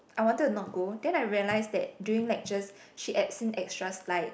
I wanted not go then I realise that during lectures she adds in extra slides